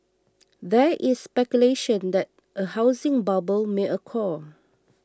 there is speculation that a housing bubble may occur